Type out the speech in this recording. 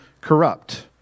corrupt